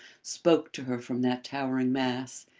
spoke to her from that towering mass,